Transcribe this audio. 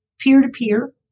peer-to-peer